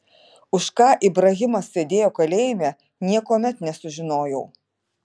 už ką ibrahimas sėdėjo kalėjime niekuomet nesužinojau